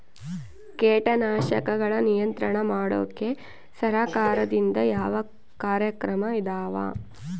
ಕೇಟನಾಶಕಗಳ ನಿಯಂತ್ರಣ ಮಾಡೋಕೆ ಸರಕಾರದಿಂದ ಯಾವ ಕಾರ್ಯಕ್ರಮ ಇದಾವ?